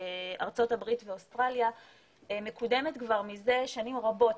ארצות הברית ואוסטרליה מקודמת כבר מזה שנים רבות,